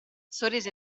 sorrise